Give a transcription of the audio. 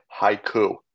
haiku